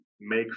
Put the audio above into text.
make